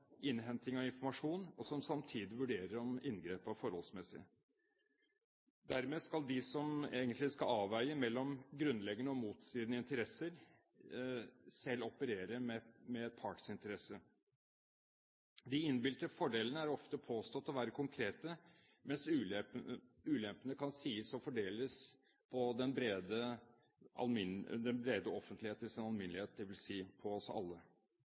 innhenting av informasjon og samtidig vurderer om inngrepet var forholdsmessig. Dermed skal de som egentlig skal avveie mellom grunnleggende og motstridende interesser, selv operere med partsinteresse. De innbilte fordelene er ofte påstått å være konkrete, mens ulempene kan sies å fordeles på den brede offentlighet i sin alminnelighet – dvs. på oss alle.